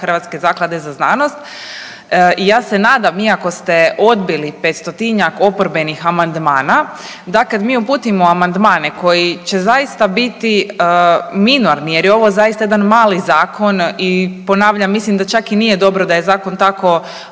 Hrvatske zaklade za znanost. I ja se nadam iako ste odbili petstotinjak oporbenih amandmana, da kad mi uputimo amandmane koji će zaista biti minorni jer je ovo zaista jedan mali zakon i ponavljam mislim da čak i nije dobro da je zakon tako